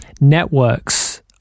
networks